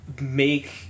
Make